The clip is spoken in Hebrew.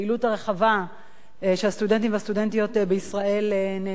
שהסטודנטים והסטודנטיות בישראל נהנים ממנה,